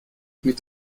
mit